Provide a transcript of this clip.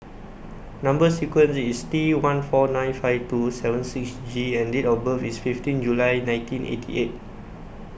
Number sequence IS T one four nine five two seven six G and Date of birth IS fifteen July nineteen eighty eight